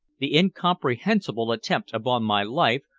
the incomprehensible attempt upon my life,